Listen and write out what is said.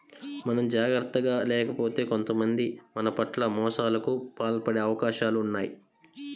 మనం జాగర్తగా లేకపోతే కొంతమంది మన పట్ల మోసాలకు పాల్పడే అవకాశాలు ఉన్నయ్